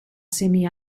semi